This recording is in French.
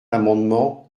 l’amendement